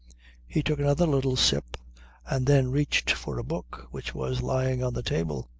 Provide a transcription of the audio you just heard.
he took another little sip and then reached for a book which was lying on the table.